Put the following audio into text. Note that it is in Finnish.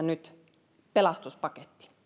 nyt kysymyksessä pelastuspaketti